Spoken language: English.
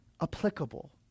applicable